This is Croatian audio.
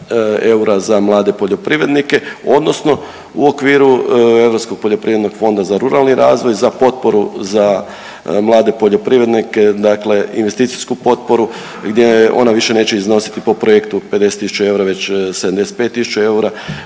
eura za mlade poljoprivrednike odnosno u okviru Europskog poljoprivrednog fonda za ruralni razvoj za potporu za mlade poljoprivrednike dakle investicijsku potporu gdje ona više neće iznositi po projektu 50 tisuća eura već 75